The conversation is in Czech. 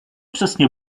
přesně